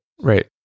Right